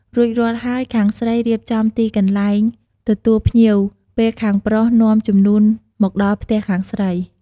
រួចរាល់ហើយ ខាងស្រីរៀបចំទីកន្លែងទទួលភ្ញៀវ ពេលខាងប្រុសនាំជំនូនមកដល់ផ្ទះខាងស្រី។